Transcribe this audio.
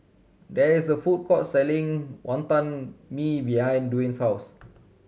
there is a food court selling Wonton Mee behind Dwane's house